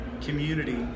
community